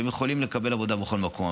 הם יכולים לקבל עבודה בכל מקום,